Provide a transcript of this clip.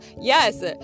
yes